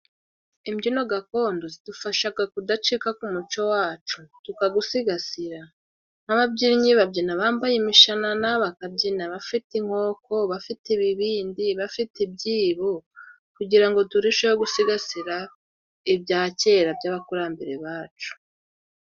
Imbyino gakondo zidufashaga kudacika ku' muco wacu tukagusigasira, Nk'ababyinnyi babyina bambaye imishanana, bakabyina bafite inkoko, bafite ibibindi, bafite ibyibo, kugira ngo turusheho gusigasira ibya kera by'abakurambere ba cu.